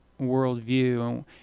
worldview